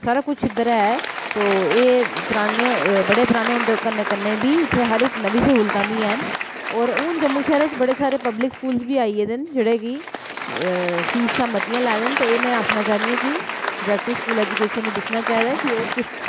सारा कुछ इद्धर ऐ तो एह् पराने बड़े पराने होन कन्नै कन्नै बी इत्थै हर इक नमीं स्हूलतां बी हैन और हून जम्मू शैह्रै च बड़े सारे पब्लिक स्कूल बी आई गेदे न जेह्ड़े कि फीसां मतियां लै दे न में आखना चाह्न्नी आं कि ड्रैक्टर स्कूल ऐजूकेशन ई दिक्खना चाहिदा कि ओह् किस